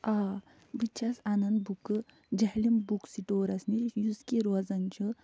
آ بہٕ چھَس اَنان بُکہٕ جہلِم بُک سِٹورس نِش یُس کہِ روزان چھُ